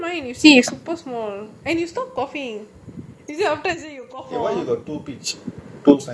update this is probably the updated one because you see your your marking is on top mine is in the middle